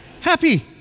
happy